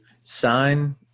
sign